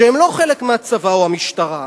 שהם לא חלק מהצבא או מהמשטרה.